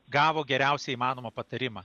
gavo geriausią įmanomą patarimą